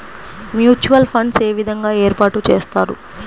Mutual funds ఏ విధంగా ఏర్పాటు చేస్తారు?